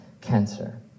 cancer